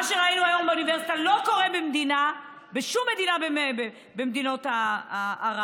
מה שראינו היום באוניברסיטה לא קורה בשום מדינה במדינות ערב.